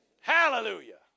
Hallelujah